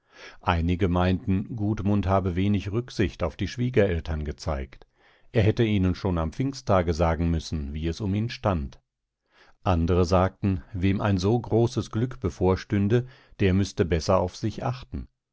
einige meinten gudmund habe wenig rücksicht auf die schwiegereltern gezeigt er hätte ihnen schon am pfingsttage sagen müssen wie es um ihn stand andre sagten wem ein so großes glück bevorstünde der müßte besser auf sich achten